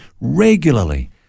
regularly